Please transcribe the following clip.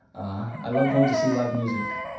i love going to see live music.